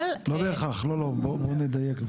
לא בהכרח, בואו נדייק.